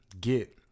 get